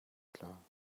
tlawng